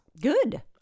Good